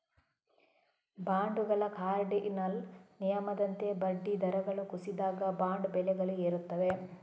ಬಾಂಡುಗಳ ಕಾರ್ಡಿನಲ್ ನಿಯಮದಂತೆ ಬಡ್ಡಿ ದರಗಳು ಕುಸಿದಾಗ, ಬಾಂಡ್ ಬೆಲೆಗಳು ಏರುತ್ತವೆ